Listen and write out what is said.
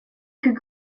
could